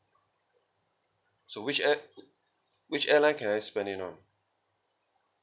so which air~ which airline can I spend it on